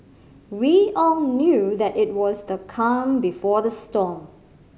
we all knew that it was the calm before the storm